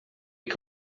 que